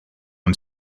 i’m